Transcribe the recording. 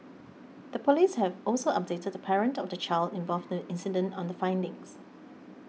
the police have also updated the parent of the child involved in the incident on the findings